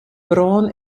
brân